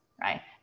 right